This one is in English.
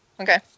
Okay